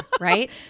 right